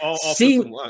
see